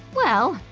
well,